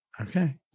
Okay